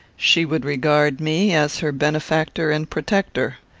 she would regard me as her benefactor and protector.